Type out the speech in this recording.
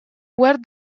wear